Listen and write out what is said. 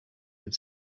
its